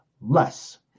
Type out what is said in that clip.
less